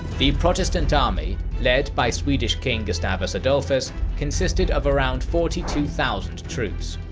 the protestant army, led by swedish king gustavus adolphus consisted of around forty two thousand troops.